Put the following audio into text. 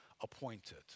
appointed